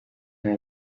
nta